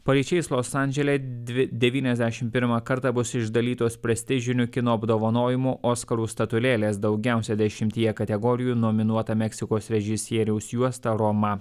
paryčiais los andžele dvi devyniasdešimt pirmą kartą bus išdalytos prestižinių kino apdovanojimų oskarų statulėlės daugiausiai dešimtyje kategorijų nominuota meksikos režisieriaus juosta roma